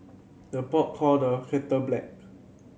the pot call the kettle black